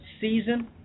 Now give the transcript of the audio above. season